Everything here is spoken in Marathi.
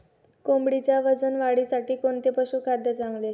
कोंबडीच्या वजन वाढीसाठी कोणते पशुखाद्य चांगले?